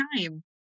time